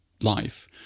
life